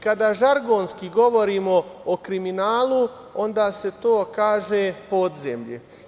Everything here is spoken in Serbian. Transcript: Kada žargonski govorimo o kriminalu, onda se kaže - podzemlje.